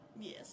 Yes